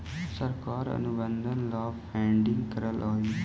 सरकार अनुसंधान ला फंडिंग करअ हई